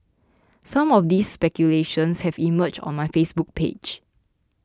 some of these speculations have emerged on my Facebook page